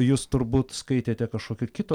jūs turbūt skaitėte kažkokio kito